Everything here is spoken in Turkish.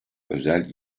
özel